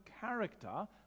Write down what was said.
character